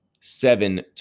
seven